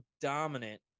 dominant